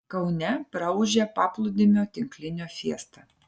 kaune praūžė paplūdimio tinklinio fiesta